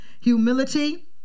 Humility